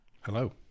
Hello